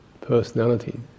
personality